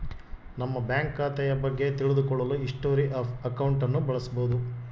ನಮ್ಮ ಬ್ಯಾಂಕ್ ಖಾತೆಯ ಬಗ್ಗೆ ತಿಳಿದು ಕೊಳ್ಳಲು ಹಿಸ್ಟೊರಿ ಆಫ್ ಅಕೌಂಟ್ ಅನ್ನು ಬಳಸಬೋದು